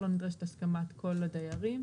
לא נדרשת הסכמת כל הדיירים,